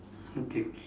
okay okay